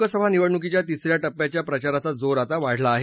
लोकसभा निवडणुकीच्या तिसऱ्या टप्प्याच्या प्रचाराचा जोर आता वाढला आहे